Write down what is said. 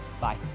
bye